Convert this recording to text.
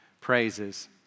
praises